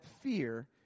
fear